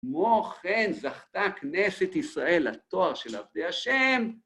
כמו כן זכתה כנסת ישראל לתואר של עבדי ה'